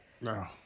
No